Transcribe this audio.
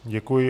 Děkuji.